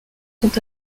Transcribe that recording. sont